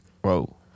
Whoa